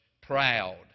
proud